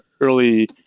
early